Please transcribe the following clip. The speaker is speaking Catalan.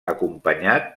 acompanyat